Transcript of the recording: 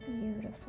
beautiful